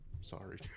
Sorry